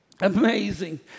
amazing